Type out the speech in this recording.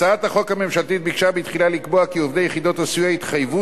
הצעת החוק הממשלתית ביקשה בתחילה לקבוע כי עובדי יחידות הסיוע יתחייבו